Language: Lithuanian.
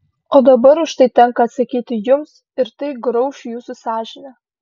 o dabar už tai tenka atsakyti jums ir tai grauš jūsų sąžinę